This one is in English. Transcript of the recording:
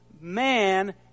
man